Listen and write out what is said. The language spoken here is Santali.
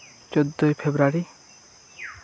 ᱪᱚᱫᱫᱚᱭ ᱯᱷᱮᱵᱨᱩᱣᱟᱨᱤ